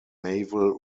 naval